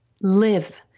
live